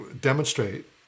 demonstrate